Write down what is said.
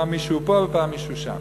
פעם מישהו פה, פעם מישהו שם.